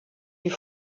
die